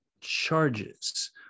charges